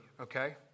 Okay